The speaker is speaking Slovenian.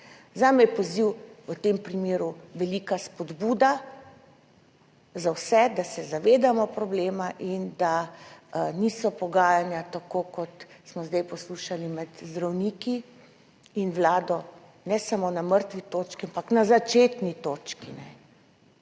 Zame je poziv v tem primeru velika spodbuda za vse, da se zavedamo problema in da niso pogajanja tako, kot smo zdaj poslušali, med zdravniki in vlado, ne samo na mrtvi točki, ampak na začetni točki.